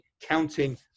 counting